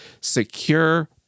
secure